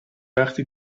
وقتی